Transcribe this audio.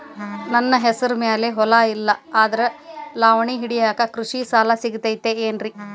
ನನ್ನ ಹೆಸರು ಮ್ಯಾಲೆ ಹೊಲಾ ಇಲ್ಲ ಆದ್ರ ಲಾವಣಿ ಹಿಡಿಯಾಕ್ ಕೃಷಿ ಸಾಲಾ ಸಿಗತೈತಿ ಏನ್ರಿ?